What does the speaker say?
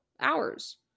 hours